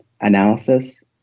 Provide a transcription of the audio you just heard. analysis